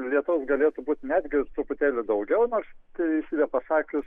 lietaus galėtų būt netgi truputėlį daugiau nors teisybę pasakius